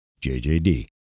JJD